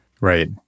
Right